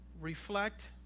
reflect